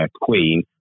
queen